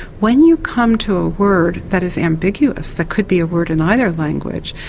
when you come to a word that is ambiguous, that could be a word in either language,